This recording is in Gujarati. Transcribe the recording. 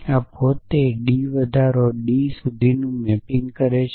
આ પોતે ડી વધારોથી ડી સુધીની ડી મેપિંગ છે